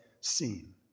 seen